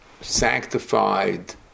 sanctified